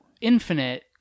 Infinite